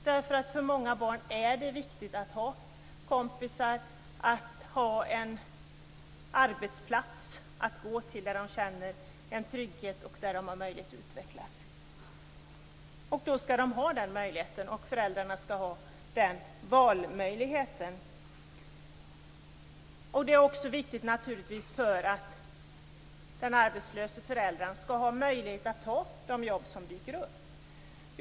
Men för många barn är det viktigt att ha kompisar och att ha en arbetsplats att gå till där de känner trygghet och har möjlighet att utvecklas. Då skall de ha den möjligheten och föräldrarna skall ha möjlighet att välja. Det är också viktigt för att den arbetslöse föräldern skall kunna ta de jobb som dyker upp.